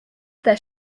their